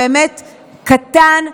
באמת קטן,